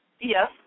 Yes